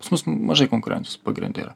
pas mus mažai konkurencijos pagrinde yra